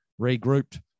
regrouped